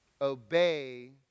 Obey